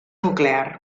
nuclear